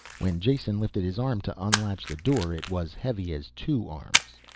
when jason lifted his arm to unlatch the door it was heavy as two arms.